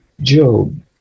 Job